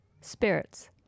Spirits